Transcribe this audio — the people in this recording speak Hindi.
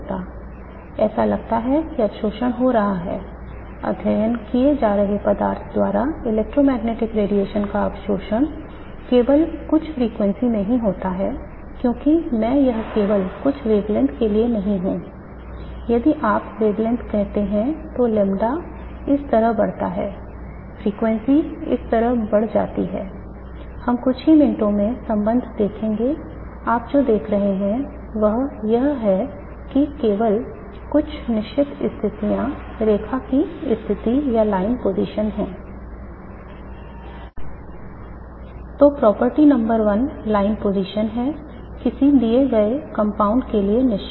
तो property number 1 line position है किसी दिए गए कंपाउंड के लिए निश्चित